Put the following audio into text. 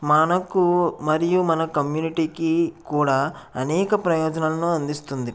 మనకు మరియు మన కమ్యూనిటీకి కూడా అనేక ప్రయోజనాలను అందిస్తుంది